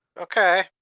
okay